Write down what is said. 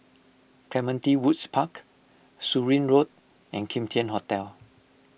Clementi Woods Park Surin Road and Kim Tian Hotel